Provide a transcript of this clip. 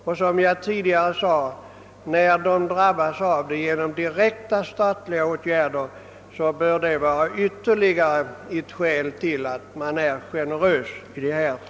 Och då orsakerna dessutom är direkt statliga åtgärder bör det som sagt vara ytterligare ett skäl till generositet.